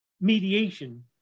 mediation